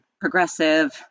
progressive